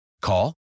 Call